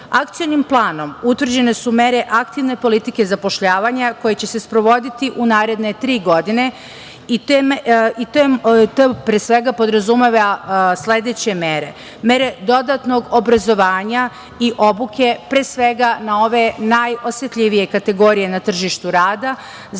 godine. Akcionim planom utvrđene su mere aktivne politike zapošljavanja koje će se sprovoditi u naredne tri godine, i to pre svega podrazumeva sledeće mere: mere dodatnog obrazovanja i obuke pre svega na ove najosetljivije kategorije na tržištu rada,